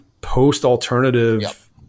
post-alternative